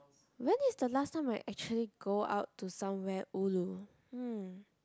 when is the last time I actually go out to somewhere ulu hmm